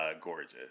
gorgeous